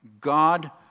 God